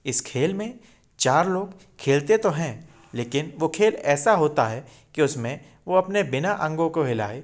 इस खेल में चार लोग खेलते तो हैं लेकिन वो खेल ऐसा होता है कि उसमें वो अपने बिना अंगों को हिलाए